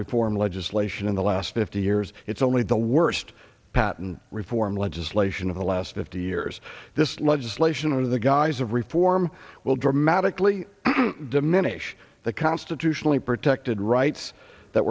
reform legislation in the last fifty years it's only the worst patent reform legislation of the last fifty years this legislation of the guise of reform will dramatically diminish the constitutionally protected rights that